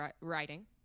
writing